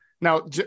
Now